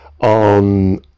On